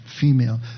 female